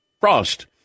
frost